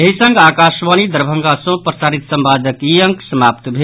एहि संग आकाशवाणी दरभंगा सँ प्रसारित संवादक ई अंक समाप्त भेल